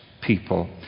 people